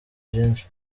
vyinshi